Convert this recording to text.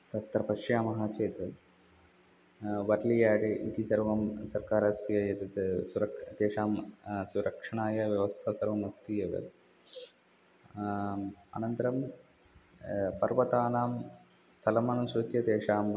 तत्र पश्यामः चेत् वर्लियाडि इति सर्वं सर्कारस्य यद् त् सुरक्षा तेषां सुरक्षणाय व्यवस्था सर्वम् अस्ति एव आम् अनन्तरं पर्वतानां स्थलमनुसृत्य तेषाम्